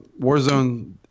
Warzone